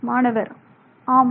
மாணவர் ஆம்